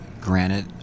granite